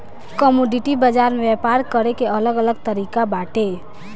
commodity बाजार में व्यापार करे के अलग अलग तरिका बाटे